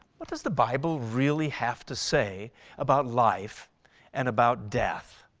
what does the bible really have to say about life and about death?